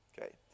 okay